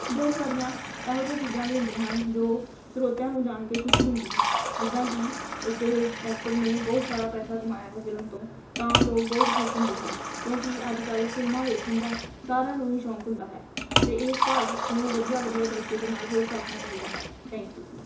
ਬਹੁਤ ਸਾਰੀਆਂ ਇਹੋ ਜਿਹੀਆਂ ਚੀਜ਼ਾਂ ਵੀ ਹੁੰਦੀਆਂ ਹਨ ਜੋ ਸਰੋਤਿਆਂ ਨੂੰ ਜਾਣ ਕੇ ਖੁਸ਼ੀ ਹੁੰਦੀ ਹੈ ਜਿੱਦਾਂ ਕਿ ਕਿਸੇ ਐਕਟਰ ਨੇ ਬਹੁਤ ਸਾਰਾ ਪੈਸਾ ਕਮਾਇਆ ਹੈ ਫਿਲਮ ਤੋਂ ਤਾਂ ਲੋਕ ਬਹੁਤ ਖੁਸ਼ ਹੁੰਦੇ ਹਨ ਕਿਉਂਕਿ ਅੱਜ ਕੱਲ ਫਿਲਮਾਂ ਵੇਖਣ ਦਾ ਸਾਰਿਆਂ ਨੂੰ ਹੀ ਸ਼ੌਕ ਹੁੰਦਾ ਹੈ ਅਤੇ ਇਸ ਭਾਗ ਨੂੰ ਵਧੀਆ ਵਧੀਆ ਤਰੀਕੇ ਦੇ ਨਾਲ ਹੋਰ ਛਾਪਣਾ ਚਾਹੀਦਾ ਹੈ ਥੈਂਕ ਯੂ